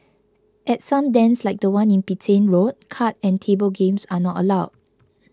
at some dens like the one in Petain Road card and table games are not allowed